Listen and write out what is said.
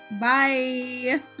bye